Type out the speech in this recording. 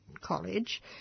college